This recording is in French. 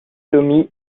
tommy